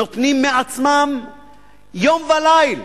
נותנים מעצמם יום וליל,